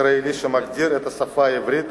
ישראלי שמגדיר את השפה העברית